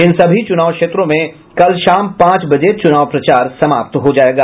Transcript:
इन सभी चुनाव क्षेत्रों में कल शाम पांच बजे चुनाव प्रचार समाप्त हो जायेगा